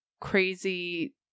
crazy